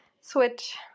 switch